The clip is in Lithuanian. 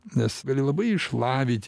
nes gali labai išlavit